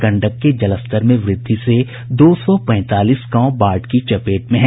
गंडक के जलस्तर में वृद्धि से दो सौ पैंतालीस गांव बाढ़ की चपेट में हैं